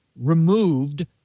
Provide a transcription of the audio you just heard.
removed